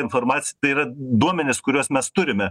informacija tai yra duomenis kuriuos mes turime